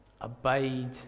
abide